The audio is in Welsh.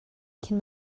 cyn